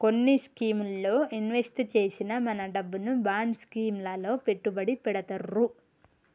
కొన్ని స్కీముల్లో ఇన్వెస్ట్ చేసిన మన డబ్బును బాండ్ స్కీం లలో పెట్టుబడి పెడతుర్రు